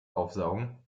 aufsaugen